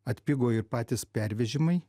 atpigo ir patys pervežimai